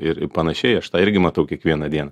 ir panašiai aš tą irgi matau kiekvieną dieną